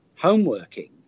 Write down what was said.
homeworking